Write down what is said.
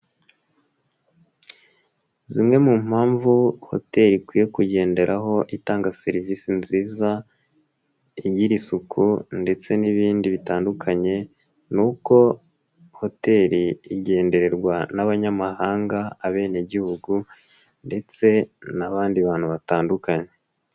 Zimwe mu mpamvu hoteli ikwiye kugenderaho itanga serivisi nziza, igira isuku ndetse n'ibindi bitandukanye, ni uko hoteli igendererwa n'abanyamahanga, abenegihugu ndetse n'abandi bantu batandukanye.